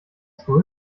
school